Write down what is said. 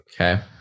Okay